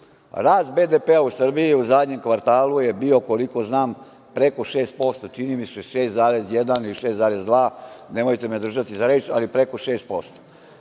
Rast BDP-a u Srbiji u zadnjem kvartalu je bio, koliko znam, preko 6%, čini mi se 6,1 ili 6,2%, nemojte me držati za reč, ali preko 6%.